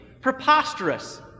preposterous